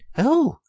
oh,